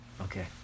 Okay